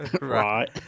right